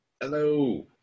Hello